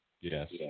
Yes